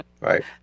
Right